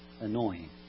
annoying